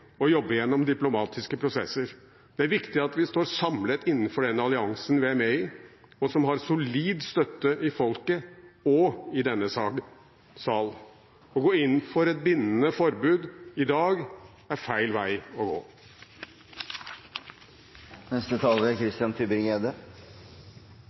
og jobbe gjennom diplomatiske prosesser. Det er viktig at vi står samlet innenfor den alliansen vi er med i, og som har solid støtte i folket og i denne sal. Å gå inn for et bindende forbud i dag er feil vei å gå. Debatten om atomvåpen er